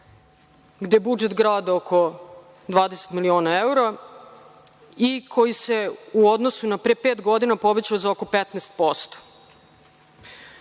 da budžet grada je oko 20 miliona evra i koji se u odnosu na pre pet godina povećao za oko 15%,